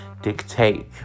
dictate